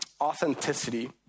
authenticity